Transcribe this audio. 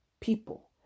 people